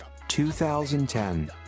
2010